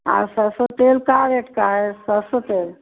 सरसो तेल का है और एक सरसों तेल